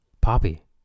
Poppy